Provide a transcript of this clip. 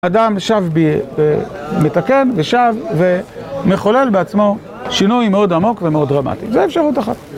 אדם שב ומתקן ושב ומחולל בעצמו שינוי מאוד עמוק ומאוד דרמטי. זה אפשרות אחת.